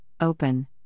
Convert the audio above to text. open